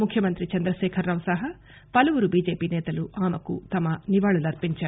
ముఖ్యమంత్రి చంద్రశేఖరరావు సహా పలువురు బీజేపీ నేతలు ఆమెకు తమ నివాళులర్చించారు